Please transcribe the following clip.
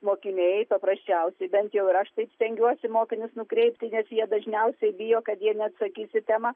mokiniai paprasčiausiai bent jau ir aš taip stengiuosi mokinius nukreipti nes jie dažniausiai bijo kad jie neatsakys į temą